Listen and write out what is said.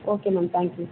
okay ma'am thank you